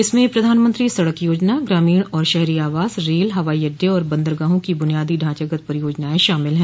इनमें प्रधानमंत्री सड़क योजना ग्रामीण और शहरी आवास रेल हवाई अड्डे आर बंदरगाहों की बुनियादी ढांचागत परियोजनाएं शामिल हैं